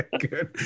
good